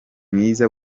mwiza